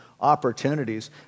opportunities